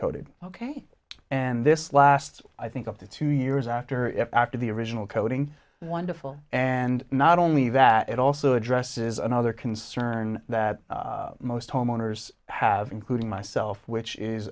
coated ok and this lasts i think up to two years after if after the original coating wonderful and not only that it also addresses another concern that most homeowners have including myself which is